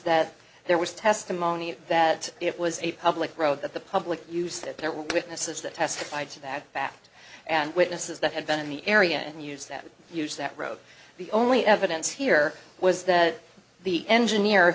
that there was testimony that it was a public road that the public used it there were witnesses that testified to that fact and witnesses that had been in the area and use that use that road the only evidence here was that the engineer